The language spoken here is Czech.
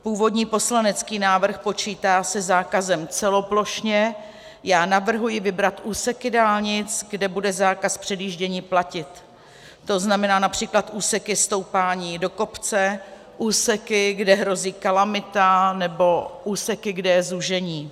Původní poslanecký návrh počítá se zákazem celoplošně, já navrhuji vybrat úseky dálnic, kde bude zákaz předjíždění platit, to znamená například úseky stoupání do kopce, úseky, kde hrozí kalamita, nebo úseky, kde je zúžení.